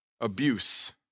abuse